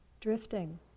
drifting